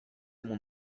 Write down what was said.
mon